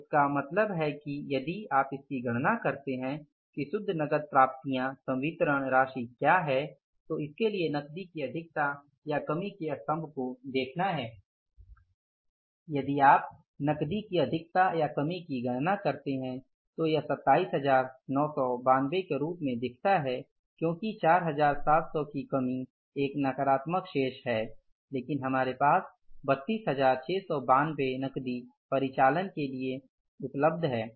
इसका मतलब है कि यदि आप इसकी गणना करते हैं कि शुद्ध नकद प्राप्तियासंवितरण राशि क्या है तो इसके लिये नकदी की अधिकता या कमी के स्तभ को देखना है यदि आप नकदी की अधिकता या कमी की गणना करते हैं तो यह 27992 के रूप में दिखता है क्योंकि 4700 की कमी एक नकारात्मक शेष है लेकिन हमारे पास 32692 नकदी परिचालन के लिए उपलब्ध है